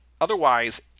otherwise